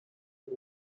all